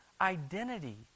identity